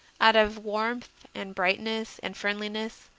out of warmth and brightness and friendliness,